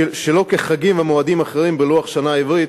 שלא כחגים ומועדים אחרים בלוח השנה העברי,